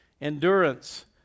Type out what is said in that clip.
endurance